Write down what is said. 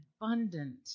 abundant